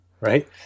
Right